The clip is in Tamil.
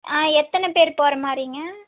எத்தனை பேர் போகற மாதிரிங்க